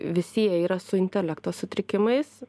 visi jie yra su intelekto sutrikimais